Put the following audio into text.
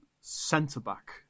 centre-back